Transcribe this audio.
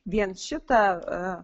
vien šitą